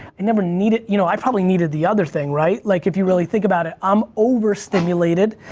i never needed, you know i probably needed the other thing, right, like if you really think about it. i'm overstimulated.